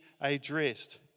addressed